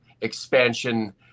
expansion